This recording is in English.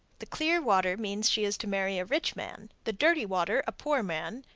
the clear water means she is to marry a rich man, the dirty water, a poor man,